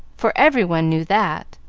for every one knew that.